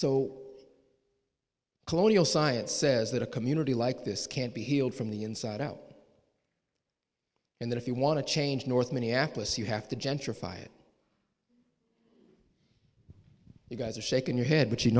so colonial science says that a community like this can't be healed from the inside out and that if you want to change north minneapolis you have to gentrify it you guys are shaking your head but you